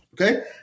Okay